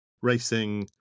racing